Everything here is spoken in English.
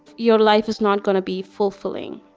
your life is not gonna be fulfilling.